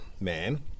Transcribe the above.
man